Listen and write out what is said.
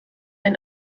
ein